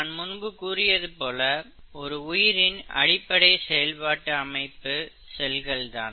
நான் முன்பு கூறியது போல ஒரு உயிரின் அடிப்படை செயல்பாட்டு அமைப்பு செல்கள்தான்